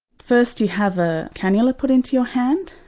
first you have a canula put into your hand,